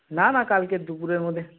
না না কালকের দুপুরের মধ্যে